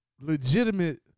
legitimate